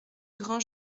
grand